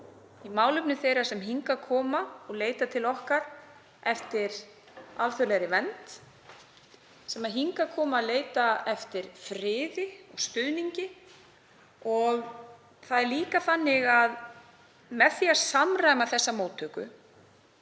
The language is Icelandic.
málefnum þeirra sem hingað koma og leita til okkar eftir alþjóðlegri vernd og sem hingað koma í leit að friði og stuðningi. Það er líka þannig að með því að samræma þessa móttöku